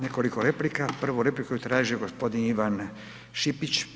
Nekoliko replika, prvu repliku je tražio g. Ivan Šipić.